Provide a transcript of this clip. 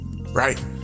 right